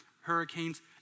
hurricanes